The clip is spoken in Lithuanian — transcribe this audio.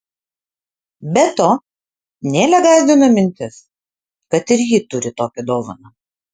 be to nelę gąsdina mintis kad ir ji turi tokią dovaną